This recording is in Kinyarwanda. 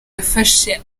yafashe